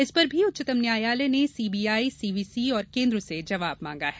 इसपर भी उच्चतम न्यायालय ने सीबीआई सीवीसी और केन्द्र से जवाब मांगा है